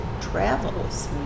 travels